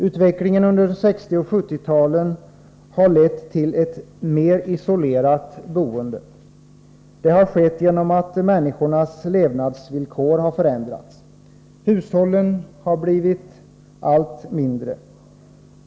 Utvecklingen under 1960 och 1970-talen har lett till ett mer isolerat boende. Det har skett genom att människornas levnadsvillkor har förändrats. Hushållen har blivit allt mindre.